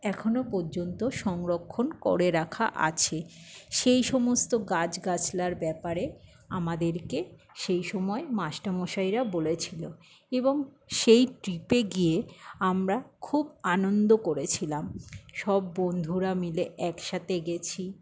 এখনো পর্যন্ত সংরক্ষণ করে রাখা আছে সেই সমস্ত গাছ গাছলার ব্যাপারে আমাদেরকে সেই সময় মাস্টারমশাইরা বলেছিল এবং সেই ট্রিপে গিয়ে আমরা খুব আনন্দ করেছিলাম সব বন্ধুরা মিলে একসাথে গিয়েছি